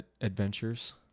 adventures